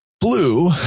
Blue